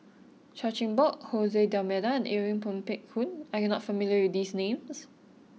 Chan Chin Bock Jose D'almeida Irene Ng Phek Hoong are you not familiar with these names